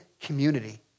community